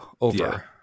over